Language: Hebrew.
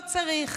לא צריך.